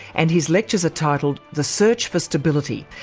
and his lectures are titled the search for stability,